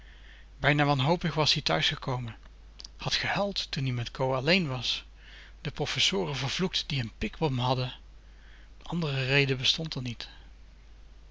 bijna wanhopig was-ie thuis gekomen had gehuild toen ie met co alléén was de professoren ver pik op m hadden andere reden bestond r niet